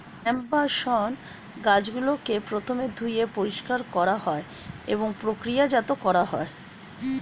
hemp বা শণ গাছগুলিকে প্রথমে ধুয়ে পরিষ্কার করা হয় এবং প্রক্রিয়াজাত করা হয়